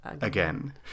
again